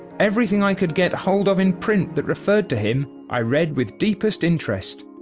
everything i could get hold of in print that referred to him, i read with deepest interest.